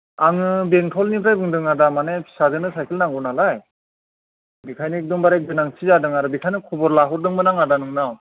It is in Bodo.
आङो बेंथलनिफ्राय बुंदों आदा माने फिसाजोनो सायखेल नांगौ नालाय बेखायनो एखदमबारे गोनांथि जादों आरो बेखायनो खबर लाहरदोंमोन आं आदा नोंनाव